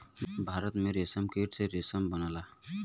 भारत में रेशमकीट से रेशम बनला